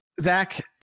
Zach